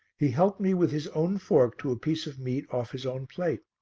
he helped me with his own fork to a piece of meat off his own plate.